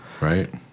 right